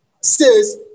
says